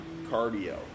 cardio